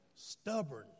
stubborn